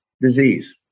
disease